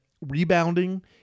rebounding